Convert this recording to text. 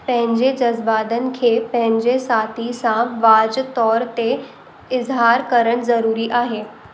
पंहिंजे जज़्बातनि खे पंहिंजे साथी सां वाज़इ तौरु ते इज़िहारु करणु ज़रूरी आहे